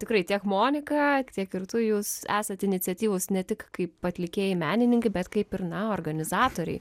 tikrai tiek monika tiek ir tu jūs esat iniciatyvūs ne tik kaip atlikėjai menininkai bet kaip ir na organizatoriai